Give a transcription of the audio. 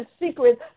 secret